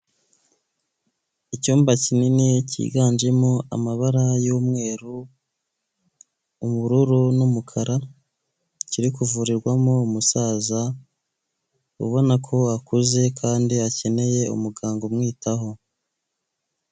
Icyumba kinini cyiganjemo amabara y'umweru, ubururu n'umukara kiri kuvurirwamo umusaza ubona ko akuze kandi akeneye umuganga umwitaho.